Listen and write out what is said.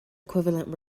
equivalent